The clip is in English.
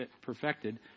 perfected